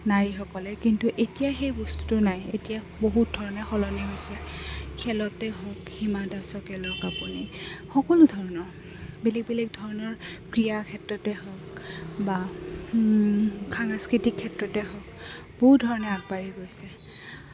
নাৰীসকলে কিন্তু এতিয়া সেই বস্তুটো নাই এতিয়া বহুত ধৰণে সলনি হৈছে খেলতে হওক সীমা দাসক লওক আপুনি সকলো ধৰণৰ বেলেগ বেলেগ ধৰণৰ ক্ৰীড়া ক্ষেত্ৰতে হওক বা সাংস্কৃতিক ক্ষেত্ৰতে হওক বহুত ধৰণে আগবাঢ়ি গৈছে